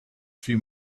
few